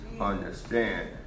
Understand